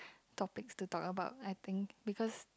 topics to talk about I think because